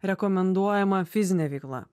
rekomenduojama fizinė veikla